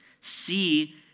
see